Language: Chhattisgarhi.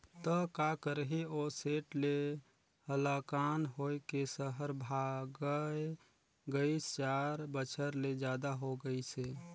त का करही ओ सेठ ले हलाकान होए के सहर भागय गइस, चार बछर ले जादा हो गइसे